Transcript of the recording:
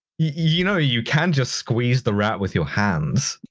you know you can just squeeze the rat with your hands.